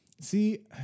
See